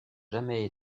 jamais